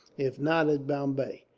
if not at bombay.